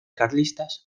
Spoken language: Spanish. carlistas